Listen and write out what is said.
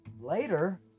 Later